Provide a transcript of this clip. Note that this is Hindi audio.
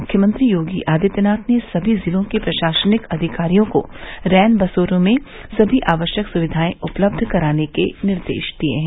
मुख्यमंत्री योगी आदित्यनाथ ने सभी जिलों के प्रशासनिक अधिकारियों को रैनबसेरों में सभी आवश्यक सुविधाएं उपलब्ध कराने के निर्देश दिए हैं